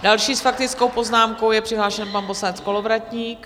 Další s faktickou poznámkou je přihlášen pan poslanec Kolovratník.